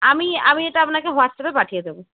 আমি আমি এটা আপনাকে হোয়াটসঅ্যাপে পাঠিয়ে দেবো